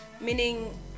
meaning